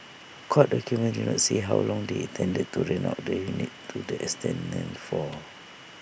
court documents did not say how long they intended to rent out the units to the tenants for